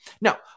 Now